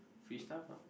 free stuff ah